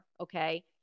okay